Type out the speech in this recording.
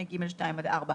טיסה ייעודית